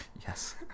Yes